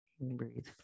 Breathe